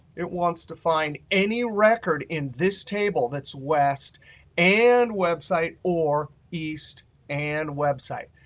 it wants to find any record in this table that's west and web site or east and web site.